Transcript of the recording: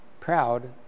proud